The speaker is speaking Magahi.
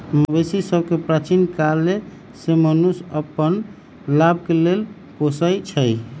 मवेशि सभके प्राचीन काले से मनुष्य अप्पन लाभ के लेल पोसइ छै